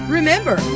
Remember